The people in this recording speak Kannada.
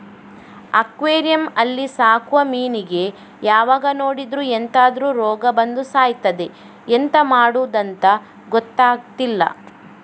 ಅಕ್ವೆರಿಯಂ ಅಲ್ಲಿ ಸಾಕುವ ಮೀನಿಗೆ ಯಾವಾಗ ನೋಡಿದ್ರೂ ಎಂತಾದ್ರೂ ರೋಗ ಬಂದು ಸಾಯ್ತದೆ ಎಂತ ಮಾಡುದಂತ ಗೊತ್ತಾಗ್ತಿಲ್ಲ